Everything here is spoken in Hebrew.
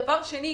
דבר שני,